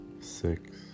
Six